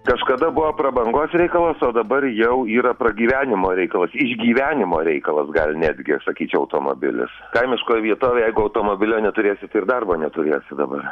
kažkada buvo prabangos reikalas o dabar jau yra pragyvenimo reikalas išgyvenimo reikalas gal netgi sakyčiau automobilis kaimiškoj vietovėj jeigu automobilio neturėsi tai ir darbo neturėsi dabar